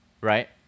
right